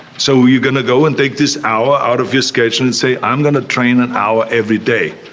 so you're going to go and take this hour out of your schedule and say i'm going to train an hour every day.